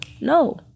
no